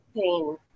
pain